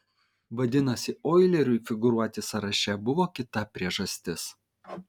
vadinasi oileriui figūruoti sąraše buvo kita priežastis